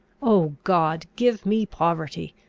oh, god! give me poverty!